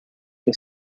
che